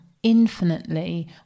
infinitely